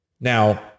Now